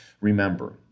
Remember